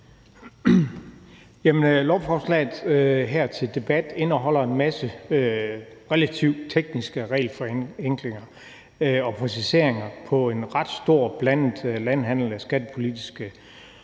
Lovforslaget her, der er til debat, indeholder en masse relativt tekniske regelforenklinger og præciseringer på en ret stor blandet landhandel på det skattepolitiske